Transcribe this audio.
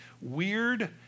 weird